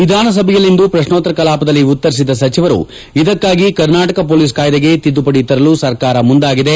ವಿಧಾನಸಭೆಯಲ್ಲಿಂದು ಪ್ರಶ್ಶೋತ್ತರ ಕಲಾಪದಲ್ಲಿ ಉತ್ತರಿಸಿದ ಸಚಿವರು ಇದಕ್ಕಾಗಿ ಕರ್ನಾಟಕ ಪೊಲೀಸ್ ಕಾಯ್ಲೆಗೆ ತಿದ್ದುಪದಿ ತರಲು ಸರ್ಕಾರ ಮುಂದಾಗಿದೆ